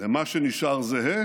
למה שנשאר זהה